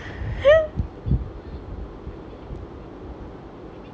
the முட்ட:mutta right expiring tommorrow